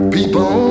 People